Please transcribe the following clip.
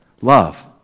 love